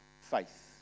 faith